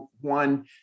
one